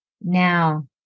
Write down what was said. Now